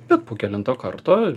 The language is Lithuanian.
bet po kelinto karto